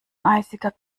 eisiger